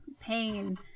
pain